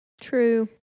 True